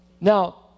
Now